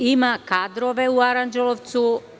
Ima kadrove u Aranđelovcu.